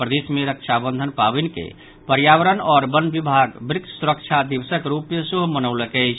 प्रदेश मे रक्षाबंधन पावनि के पर्यावरण आओर वन विभाग व्रक्ष सुरक्षा दिवसक रूप मे सेहो मनौलक अछि